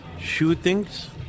shootings